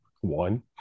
One